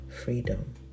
freedom